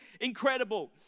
incredible